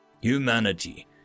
Humanity